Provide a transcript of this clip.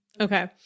Okay